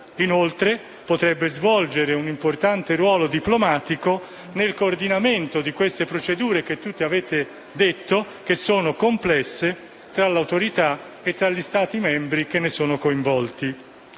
Inoltre, potrebbe svolgere un importante ruolo diplomatico nel coordinamento di queste procedure, che tutti avete detto che sono complesse, tra l'autorità e gli Stati membri che ne sono coinvolti.